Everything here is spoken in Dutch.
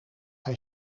hij